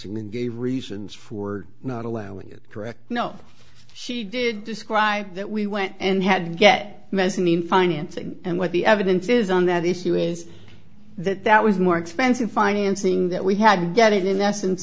and gave reasons for not allowing it correct no she did describe that we went and had to get mezzanine financing and what the evidence is on that issue is that that was more expensive financing that we had to get it in